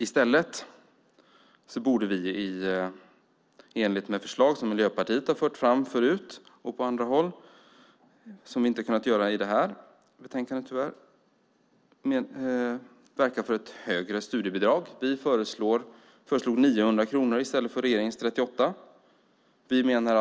I stället borde vi i enlighet med förslag som Miljöpartiet fört fram förut och på andra håll - tyvärr inte i samband med det här betänkandet - verka för högre studiebidrag. Vi har föreslagit 900 kronor i stället för regeringens 38 kronor.